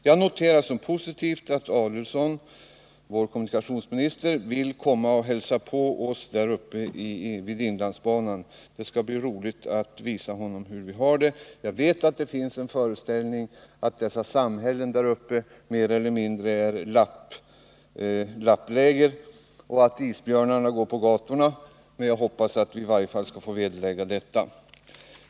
Jag noterar som positivt att Ulf Adelsohn, vår kommunikationsminister, vill komma och hälsa på oss där uppe vid inlandsbanan. Det skall bli roligt att visa honom hur vi har det. Jag vet att det finns föreställningar om att samhällena där uppe mer eller mindre är lappläger och att isbjörnar går på gatorna, men jag hoppas att vi i alla fall skall få vederlägga dem.